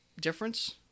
difference